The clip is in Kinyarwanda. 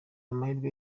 amahirwe